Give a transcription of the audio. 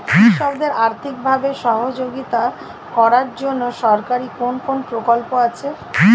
কৃষকদের আর্থিকভাবে সহযোগিতা করার জন্য সরকারি কোন কোন প্রকল্প আছে?